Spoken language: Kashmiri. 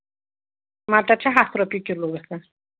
مَٹر چھا ہَتھ رۄپیہِ کِلوٗ گژھان